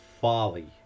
folly